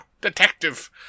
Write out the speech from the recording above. detective